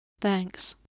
Thanks